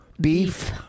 Beef